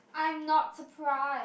I'm not surprise